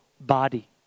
body